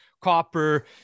copper